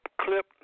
clip